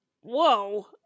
whoa